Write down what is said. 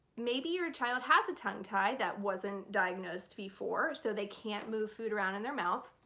maybe your child has a tongue-tie that wasn't diagnosed before so they can't move food around in their mouth.